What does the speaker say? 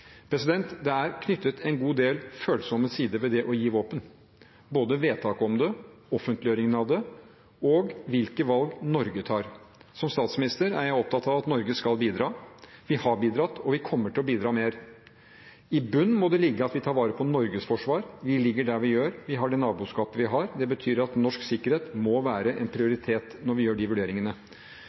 Det er knyttet en god del følsomme sider til det å gi våpen, både vedtaket om det, offentliggjøringen av det og hvilke valg Norge tar. Som statsminister er jeg opptatt av at Norge skal bidra. Vi har bidratt, og vi kommer til å bidra mer. I bunnen må det ligge at vi tar vare på Norges forsvar. Vi ligger der vi ligger, vi har det naboskapet vi har. Det betyr at norsk sikkerhet må være en prioritet når vi foretar disse vurderingene.